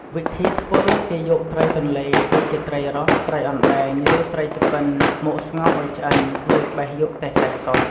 វិធីធ្វើ គេយកត្រីទន្លេ ដូចជាត្រីរ៉ស់ ត្រីអណ្ដែង ឬត្រីឆ្ពិន មកស្ងោរឱ្យឆ្អិន រួចបេះយកតែសាច់សុទ្ធ។